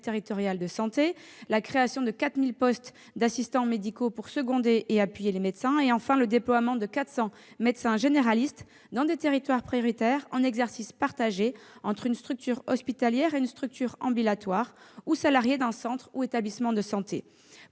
territoriales de santé, la création de 4 000 postes d'assistants médicaux pour seconder et appuyer les médecins, le déploiement dans des territoires prioritaires de 400 médecins généralistes, en exercice partagé entre une structure hospitalière et une structure ambulatoire ou salariés d'un centre ou établissement de santé.